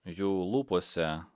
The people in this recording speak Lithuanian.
jų lūpose